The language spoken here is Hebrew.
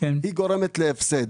היא גורמת להפסד.